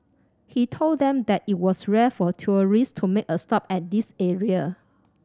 he told them that it was rare for tourist to make a stop at this area